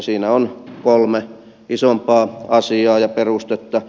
siinä on kolme isompaa asiaa ja perustetta